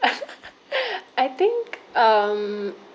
I think um